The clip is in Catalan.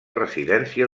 residència